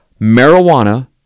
Marijuana